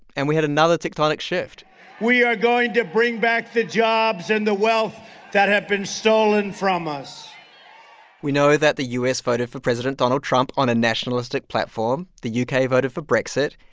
and we had another tectonic shift we are going to bring back the jobs and the wealth that have been stolen from us we know that the u s. voted for president donald trump on a nationalistic platform. the u k. voted for brexit.